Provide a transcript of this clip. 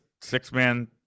six-man